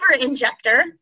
injector